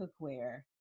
cookware